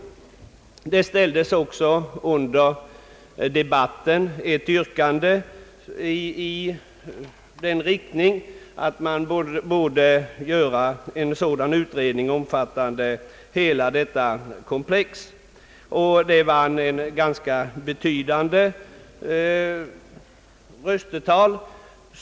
Under debatten ställdes också ett yrkande i den riktningen att man borde göra en utredning omfattande hela komplexet. Yrkandet samlade ett ganska betydande röstetal.